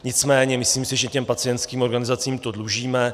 Nicméně si myslím, že pacientským organizacím to dlužíme.